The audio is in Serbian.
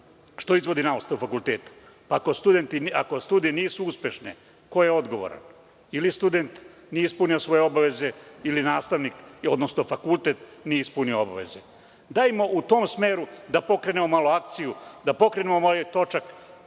što izvodi nastavu na fakultetu. Ako studije nisu uspešne ko je odgovoran? Ili student nije ispunio svoje obaveze ili nastavnik, odnosno fakultet nije ispunio obaveze. Dajmo u tom smeru da pokrenemo malo akciju, da pokrenemo ovaj točak